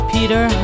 Peter